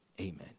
amen